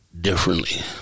differently